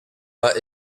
but